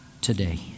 today